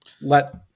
let